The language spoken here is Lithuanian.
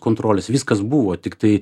kontrolės viskas buvo tiktai